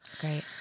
great